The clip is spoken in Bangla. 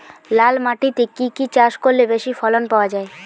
লাল মাটিতে কি কি চাষ করলে বেশি ফলন পাওয়া যায়?